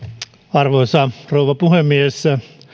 arvoisa rouva puhemies